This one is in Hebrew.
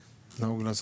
נהוג.